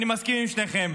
אני מסכים עם שניכם.